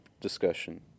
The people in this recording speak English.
discussion